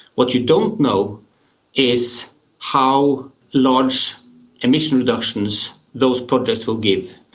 what you don't know is how large emission reductions those projects will give.